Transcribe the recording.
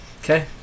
Okay